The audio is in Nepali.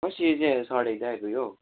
कसरी चाहिँ सढेको चाहिँ आइपुग्यो हौ